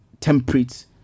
temperate